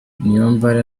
niyombare